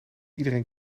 iedereen